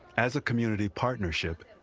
as a community partnership,